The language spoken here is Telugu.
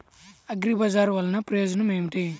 అగ్రిబజార్ వల్లన ప్రయోజనం ఏమిటీ?